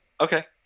Okay